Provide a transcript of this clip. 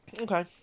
Okay